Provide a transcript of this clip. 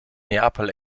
neapel